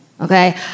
okay